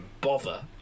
Bother